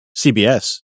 CBS